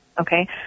okay